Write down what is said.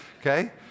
okay